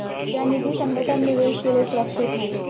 क्या निजी संगठन निवेश के लिए सुरक्षित हैं?